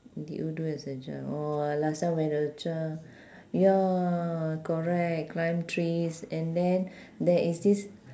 did you do as a child oh last time when I was a child ya correct climb trees and then there is this